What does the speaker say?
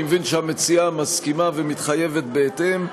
אני מבין שהמציעה מסכימה ומתחייבת בהתאם.